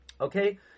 Okay